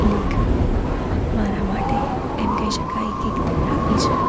લેખન મારા માટે એમ કહી શકાય કે એક થેરાપી છે